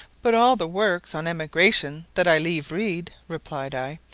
but all the works on emigration that i leave read, replied i,